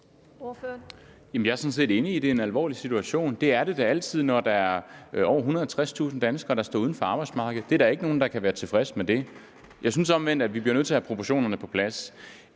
Jeg er sådan set enig i, at det er en alvorlig situation. Det er det da altid, når der er over 150.000 danskere, der står uden for arbejdsmarkedet. Der er da ikke nogen, der kan være tilfreds med det. Jeg synes omvendt, at vi bliver nødt til at have proportionerne på plads.